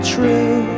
True